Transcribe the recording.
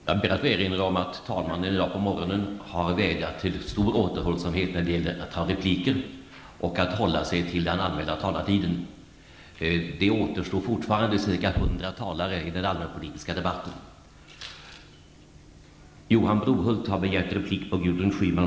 Jag ber att få erinra om att talmannen i dag på morgonen har vädjat om stor återhållsamhet när det gäller att begära repliker och om att talarna bör vinnlägga sig om att hålla sig till den anmälda taletiden. Det återstår fortfarande ca 100 talare i den allmänpolitiska debatten.